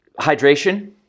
hydration